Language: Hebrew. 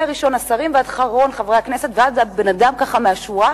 מראשון השרים ועד אחרון חברי הכנסת ועד בן-אדם מהשורה.